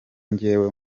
njyewe